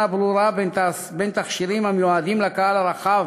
ברורה בין תכשירים המיועדים לקהל הרחב,